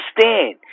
understand